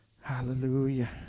Hallelujah